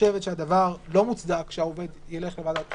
חושבת שהדבר לא מוצדק שהעובד ילך לוועדת הבחירות,